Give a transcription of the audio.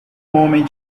homem